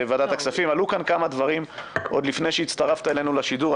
עלו כאן כמה דברים עוד לפני הצטרפת אלינו לשידור.